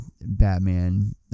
Batman